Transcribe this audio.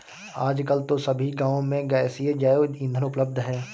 आजकल तो सभी गांव में गैसीय जैव ईंधन उपलब्ध है